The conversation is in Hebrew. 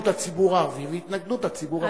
הציבור הערבי והתנגדות הציבור החרדי.